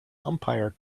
umpire